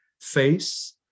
face